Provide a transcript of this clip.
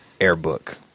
Airbook